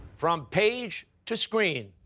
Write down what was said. from page to screen,